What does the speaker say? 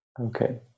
Okay